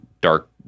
Dark